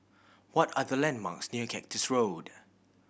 what are the landmarks near Cactus Road